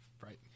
Right